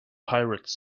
pirates